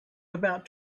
about